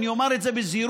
אני אומר את זה בזהירות,